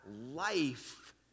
life